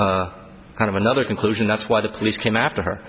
kind of another conclusion that's why the police came after